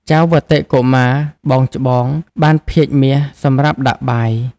ចៅវត្តិ កុមារ (បងច្បង) បាន ភាជន៍មាស សម្រាប់ដាក់បាយ។